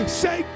say